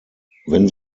wenn